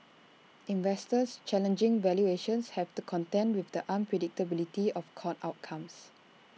investors challenging valuations have to contend with the unpredictability of court outcomes